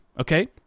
okay